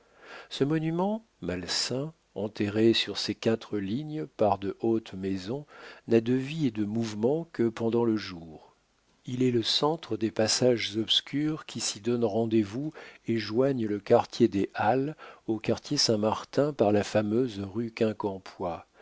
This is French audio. ce monument malsain enterré sur ses quatre lignes par de hautes maisons n'a de vie et de mouvement que pendant le jour il est le centre des passages obscurs qui s'y donnent rendez-vous et joignent le quartier des halles au quartier saint-martin par la fameuse rue